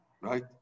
right